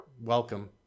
welcome